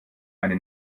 eine